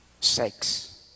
sex